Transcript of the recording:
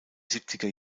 siebziger